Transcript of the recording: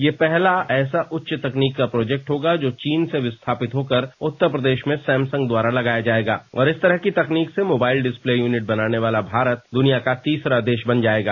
यह पहला ऐसा उच्च तकनीक का प्रोजेक्ट होगा जो चीन से विस्थापित होकर उत्तर प्रदेश में सैमसंग द्वारा लगाया जाएगा और इस तरह की तकनीक से मोबाइल डिस्प्ले यूनिट बनाने वाला भारत दुनिया का तीसरा देश बन जाएगा